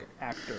actor